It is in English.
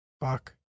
Fuck